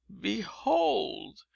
behold